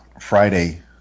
Friday